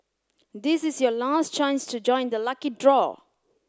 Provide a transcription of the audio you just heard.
this is your last chance to join the lucky draw